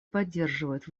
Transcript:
поддерживает